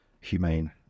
humane